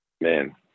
Man